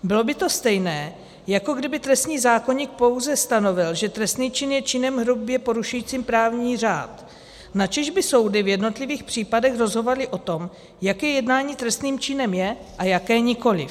Bylo by to stejné, jako kdyby trestní zákoník pouze stanovil, že trestný čin je činem hrubě porušujícím právní řád, načež by soudy v jednotlivých případech rozhodovaly o tom, jaké jednání trestným činem je a jaké nikoliv.